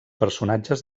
personatges